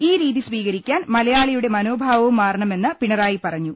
ഈ രീതി സ്വീകരിക്കാൻ മലയാളിയുടെ മനോഭാ വവും മാറണമെന്ന് പിണറായി പറഞ്ഞു